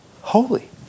holy